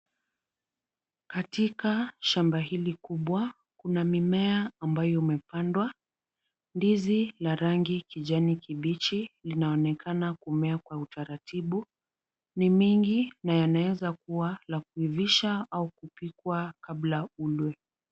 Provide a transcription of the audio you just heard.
Katika shamba hili kubwa kuna mimea ambayo umepandwa. Ndizi la rangi kijani kibichi linaloonekana kumea kwa utaratibu ni mingi na yanaweza kuwa ya kuivisha au kupikwa kabla ulwe.